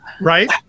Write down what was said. right